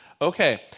Okay